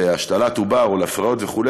להשתלת עובר או להפריות וכו',